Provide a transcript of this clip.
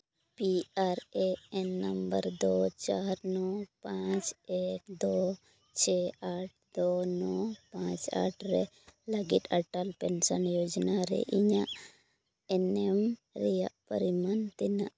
P R A N number ᱫᱳ ᱪᱟᱨ ᱱᱚ ᱯᱟᱸᱪ ᱮᱠ ᱫᱳ ᱪᱷᱮ ᱟᱴ ᱫᱳ ᱱᱚ ᱯᱟᱸᱪ ᱟᱴ ᱨᱮ ᱞᱟᱹᱜᱤᱫ ᱚᱴᱚᱞ ᱯᱮᱱᱥᱚᱱ ᱡᱚᱡᱳᱱᱟ ᱨᱮ ᱤᱧᱟᱹᱜ ᱮᱱᱮᱢ ᱨᱮᱭᱟᱜ ᱯᱟᱨᱤᱢᱟᱱ ᱛᱤᱱᱟᱹᱜ